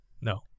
no